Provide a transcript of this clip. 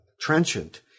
trenchant